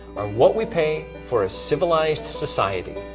what we pay for a civilized society.